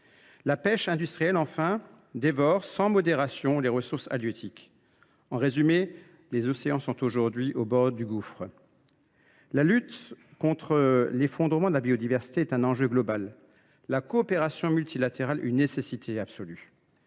La pêche industrielle, enfin, dévore sans modération les ressources halieutiques. En résumé, les océans sont au bord du gouffre. La lutte contre l’effondrement de la biodiversité est un enjeu global et la coopération multilatérale une nécessité absolue.